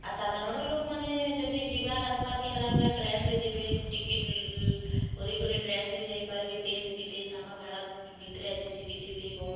ଆ ସାଧାରଣ ଲୋକ୍ ମାନେ ଯଦି ଯିବାର୍ ଅସବାର୍ ହେଲା ବୋଲେ ଟ୍ରେନ୍ରେ ଯିବେ ଟିକେଟ୍ କରିକରି ଟ୍ରେନ୍ରେ ଯାଇ ପାରିବେ ଦେଶ ବିଦେଶ ଆମର୍ ଭାରତ ଭିତ୍ରେ ଦିଲ୍ଲୀ ବମ୍ବେ